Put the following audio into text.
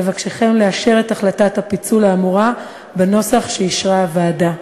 אבקשכם לאשר את החלטת הפיצול האמורה בנוסח שאישרה הוועדה.